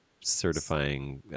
certifying